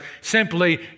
Simply